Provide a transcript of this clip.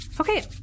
okay